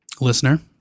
listener